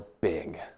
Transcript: big